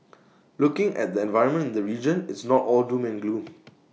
looking at the environment in the region it's not all doom and gloom